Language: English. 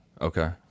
okay